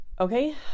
Okay